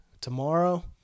Tomorrow